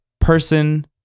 person